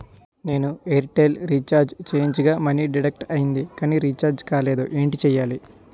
నేను Airtel recharge చేయించగా money deduct అయ్యింది కానీ రీఛార్జ్ కాలేదు ఏంటి చేయాలి?